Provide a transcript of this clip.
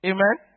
Amen